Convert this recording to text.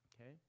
okay